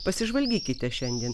pasižvalgykite šiandien